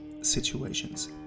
situations